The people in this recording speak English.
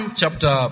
chapter